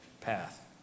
path